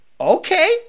Okay